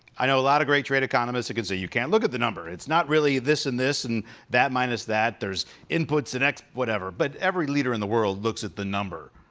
i know a lot of great trade economists who say you can't look at the number, it's not really this and this and that minus that, there's inputs and ex-whatever, but every leader in the world looks at the number.